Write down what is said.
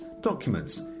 documents